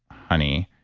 honey,